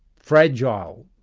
fragile,